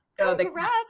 Congrats